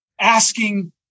asking